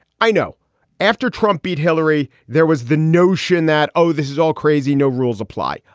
i know after trump beat hillary, there was the notion that, oh, this is all crazy, no rules apply.